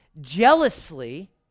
jealously